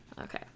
Okay